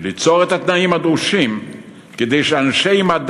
ליצור את התנאים הדרושים כדי שאנשי מדע